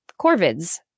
Corvids